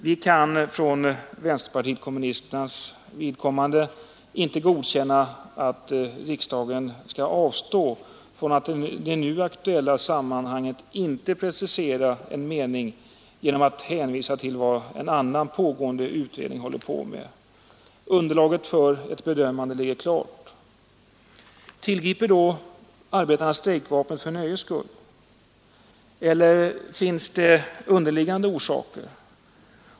Vi kan för vänsterpartiet kommunisternas vidkommande inte godkänna att riksdagen skall avstå från att i det nu aktuella samman hanget precisera en mening genom att hänvisa till vad en annan pågående utredning håller på med. Underlaget för ett bedömande ligger klart. Tillgriper då arbetarna strejkvapnet för nöjes skull? Eller finns det underliggande orsaker?